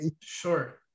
sure